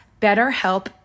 BetterHelp